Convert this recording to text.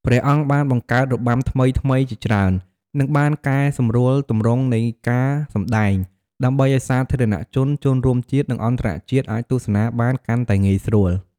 ព្រះអង្គបានបង្កើតរបាំថ្មីៗជាច្រើន និងបានកែសម្រួលទម្រង់នៃការសម្តែង ដើម្បីឲ្យសាធារណជន ជនរួមជាតិ និងអន្តរជាតិអាចទស្សនាបានកាន់តែងាយស្រួល។